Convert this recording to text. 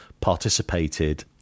participated